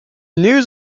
news